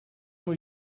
will